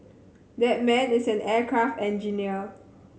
that man is an aircraft engineer